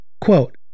Quote